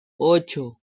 ocho